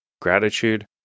gratitude